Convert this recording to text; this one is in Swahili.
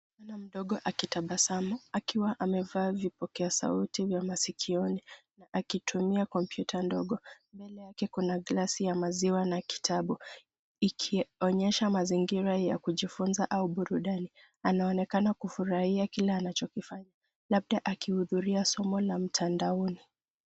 Msichana mdogo akitabasamu akiwa amevaa vipokea sauti vya masikioni akitumia kompyuta ndogo. Mbele yake kuna glasi ya maziwa na kitabu ikionyesha mazingira ya kujifunza au burudani. Anaonekana kufurahia kile anachokifanya labda akihudhuria somo la mtandaoni.